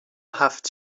هفت